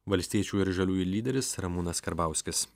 valstiečių ir žaliųjų lyderis ramūnas karbauskis